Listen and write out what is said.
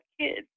kids